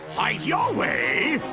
fight your way?